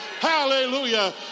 Hallelujah